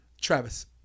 Travis